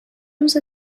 روز